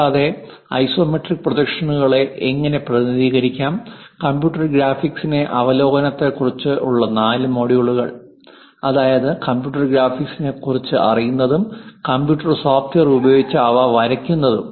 കൂടാതെ ഐസോമെട്രിക് പ്രൊജക്ഷനുകളെ എങ്ങനെ പ്രതിനിധീകരിക്കാം കമ്പ്യൂട്ടർ ഗ്രാഫിക്സിന്റെ അവലോകനത്തെക്കുറിച്ചുള്ള നാല് മൊഡ്യൂളുകൾ അതായത് കമ്പ്യൂട്ടർ ഗ്രാഫിക്സിനെക്കുറിച്ച് അറിയുന്നതും കമ്പ്യൂട്ടർ സോഫ്റ്റ്വെയർ ഉപയോഗിച്ച് അവ വരയ്ക്കുന്നതും